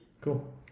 Cool